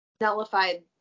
nullified